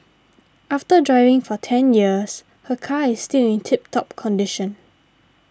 after driving for ten years her car is still in tip top condition